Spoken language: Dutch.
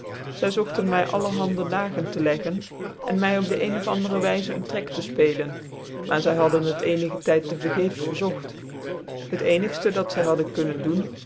zy zogten my allerhande hgen te leggen cn my op de een of andere wijze een trek te fpcclcn maar zy hadden het ccnigc tyd te vergeefs gezogt het ccnigftc dat zy hadden kunnen doen